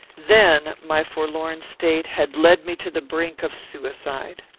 then my forlorn state had led me to the brink of suicide.